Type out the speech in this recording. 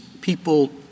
people